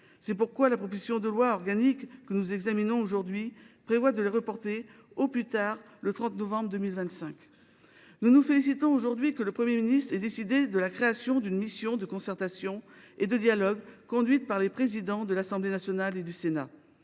C’est pourquoi la proposition de loi organique que nous examinons aujourd’hui prévoit de les reporter au plus tard le 30 novembre 2025. Nous nous félicitons que le Premier ministre ait décidé de la création d’une mission de concertation et de dialogue conduite par la présidente de l’Assemblée nationale et le